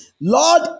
Lord